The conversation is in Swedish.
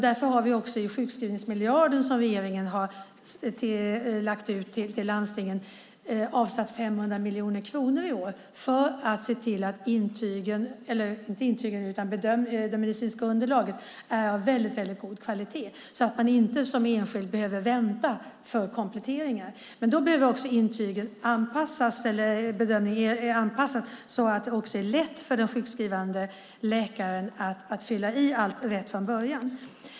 Därför har vi också i sjukskrivningsmiljarden som regeringen har lagt ut till landstingen avsatt 500 miljoner kronor i år för att se till att de medicinska underlagen är av god kvalitet. Man ska inte som enskild behöva vänta på kompletteringar. Då behöver också bedömningen av underlagen anpassas så att det är lätt för den sjukskrivande läkaren att fylla i allt rätt från början.